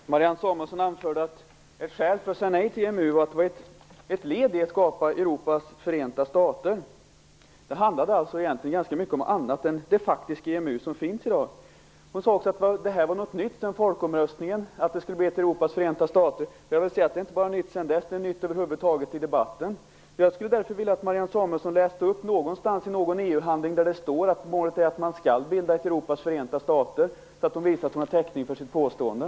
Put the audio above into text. Herr talman! Marianne Samuelsson anförde att ett skäl att säga nej till EMU var att EMU är ett led i skapandet av Europas förenta stater. Det handlar om mycket annat. Hon sade att detta att det skulle bli ett Europas förenta stater var någonting nytt sedan folkomröstningen inför medlemskapet. Då måste jag säga att det också är någonting nytt i debatten. Jag skulle vilja att Marianne Samuelsson, för att visa att hon har täckning för sitt påstående, hänvisade till någon EU handling där det står att man skall bilda ett Europas förenta stater.